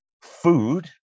food